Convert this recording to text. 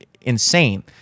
insane